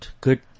Good